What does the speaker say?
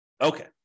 Okay